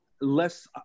less